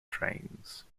trains